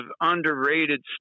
underrated